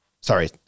sorry